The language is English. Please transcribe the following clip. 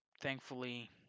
thankfully